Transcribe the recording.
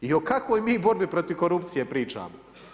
I o kakvoj mi borbi protiv korupcije pričamo?